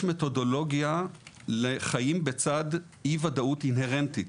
יש מתודולוגיה לחיים בצד אי-וודאות אינהרנטית.